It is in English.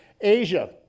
Asia